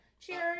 Cheers